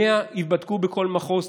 100 ייבדקו בכל מחוז,